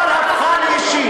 הכול הפכה לאישי.